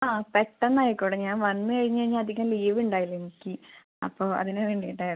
ആ പെട്ടെന്നായിക്കോട്ടെ ഞാൻ വന്ന് കഴിഞ്ഞഴിഞ്ഞാൽ അധികം ലീവൊണ്ടാവില്ലെനിക്ക് അപ്പോൾ അതിന് വേണ്ടീട്ടായിരുന്നു